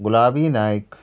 गुलाबी नायक